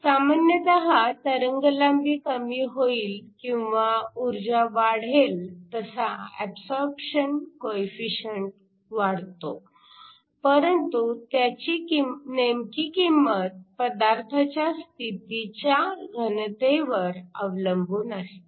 सामान्यतः तरंगलांबी कमी होईल किंवा ऊर्जा वाढेल तसा अबसॉरप्शन कोइफिशिअंट वाढतो परंतु त्याची नेमकी किंमत पदार्थाच्या स्थितीच्या घनतेवर अवलंबून असते